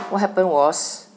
what happened was